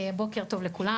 בוקר טוב לכולם,